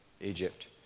Egypt